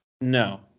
No